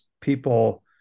people